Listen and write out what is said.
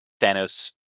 Thanos